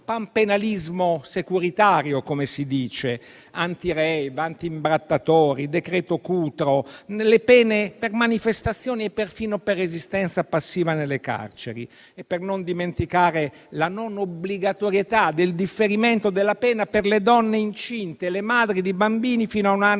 panpenalismo securitario, come si dice: anti-*rave*, anti-imbrattatori, il decreto Cutro, le pene per manifestazioni e perfino per resistenza passiva nelle carceri, per non dimenticare la non obbligatorietà del differimento della pena per le donne incinte e le madri di bambini fino a un anno